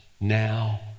now